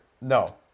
No